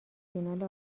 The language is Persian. فینال